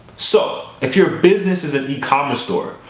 so, if your business is an ecommerce store,